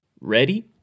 Ready